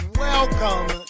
welcome